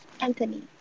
anthony